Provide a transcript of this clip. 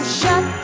shut